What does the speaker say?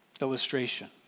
illustration